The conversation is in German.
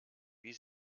wie